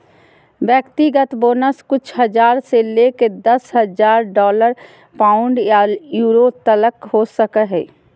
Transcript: व्यक्तिगत बोनस कुछ हज़ार से लेकर दस लाख डॉलर, पाउंड या यूरो तलक हो सको हइ